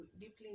deeply